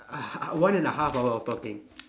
uh one and a half hour of talking